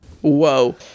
Whoa